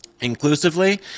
inclusively